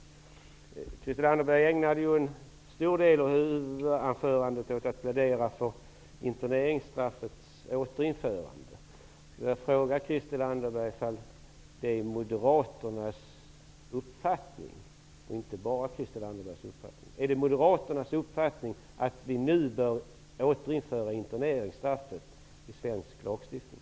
Christel Anderberg ägnade en stor del av anförandet åt att plädera för interneringsstraffets återinförande. Är det Moderaternas och inte bara Christel Anderbergs uppfattning att vi nu bör återinföra interneringsstraffet i svensk lagstiftning?